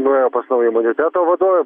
nuėjo pas savo imuniteto vadovę